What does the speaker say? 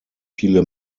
viele